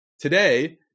Today